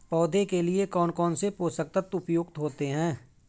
पौधे के लिए कौन कौन से पोषक तत्व उपयुक्त होते हैं?